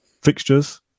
Fixtures